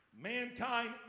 Mankind